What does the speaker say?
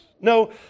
No